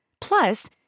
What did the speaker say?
Plus